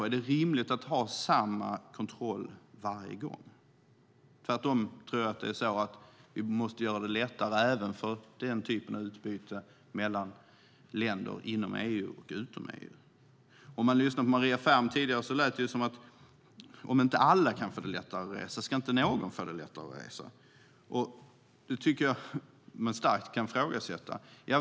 Är det rimligt att ha samma kontroll varje gång? Vi måste göra det lättare för utbyte mellan länder inom EU och utom EU. På Maria Ferm lät det som att om inte alla kan få det lättare att resa ska ingen få det lättare att resa. Det kan man starkt ifrågasätta.